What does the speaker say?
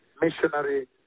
missionary